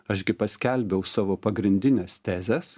aš gi paskelbiau savo pagrindines tezes